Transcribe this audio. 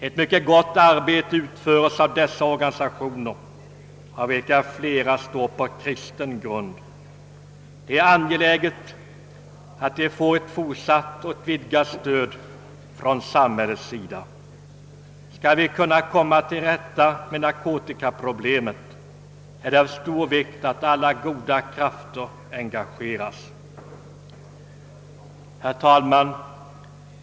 Ett mycket gott arbete utföres av dessa organisationer — av vilka flera står på kristen grund. Det är angeläget att de får ett fortsatt och vidgat stöd från samhällets sida. Skall vi kunna komma till rätta med narkotikaproblemet, är det av stor vikt att alla goda krafter engageras.